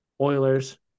Oilers